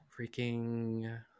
Freaking